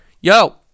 Yo